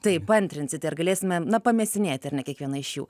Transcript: taip paantrinsite ar galėsime na pamėsinėti ar ne kiekvieną iš jų